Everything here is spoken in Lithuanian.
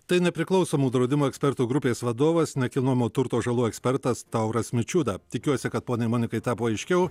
tai nepriklausomų draudimo ekspertų grupės vadovas nekilnojamo turto žalų ekspertas tauras mičiūda tikiuosi kad poniai monikai tapo aiškiau